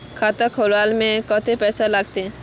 खाता खोलबे में कते पैसा लगते?